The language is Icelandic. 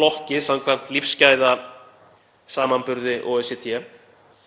flokki samkvæmt lífsgæðasamanburði OECD